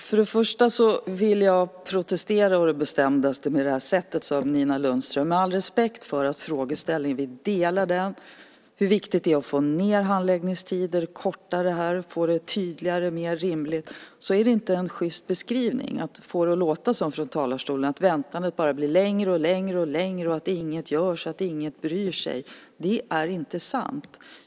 Fru talman! Först och främst vill jag protestera å det bestämdaste mot Nina Lundströms sätt att beskriva det här. Det vill jag göra med all respekt för frågeställningen. Vi delar uppfattningen om hur viktigt det är att få ned handläggningstider, korta det här och få det tydligare och mer rimligt. Det är inte en sjyst beskrivning att få det att låta, från talarstolen, som att väntandet bara blir längre och längre och längre och att inget görs och att ingen bryr sig. Det är inte sant.